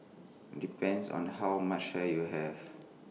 depends on how much hair you have